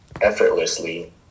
effortlessly